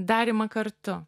darymą kartu